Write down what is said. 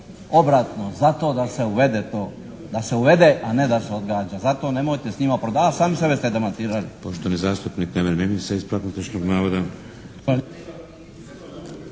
obratno, za to da se uvede to, da se uvede, a ne da se odgađa. Zato nemojte s njima prodavati, sami sebe ste demantirali.